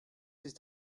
ist